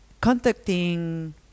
contacting